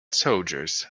soldiers